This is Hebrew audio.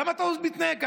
למה אתה מתנהג ככה?